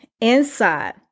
inside